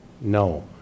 No